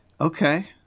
Okay